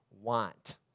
want